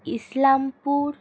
Islampur